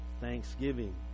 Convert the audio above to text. Thanksgiving